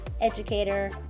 educator